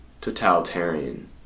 totalitarian